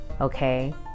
okay